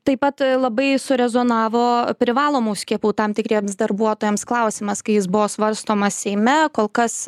taip pat labai surezonavo privalomų skiepų tam tikriems darbuotojams klausimas kai jis buvo svarstomas seime kol kas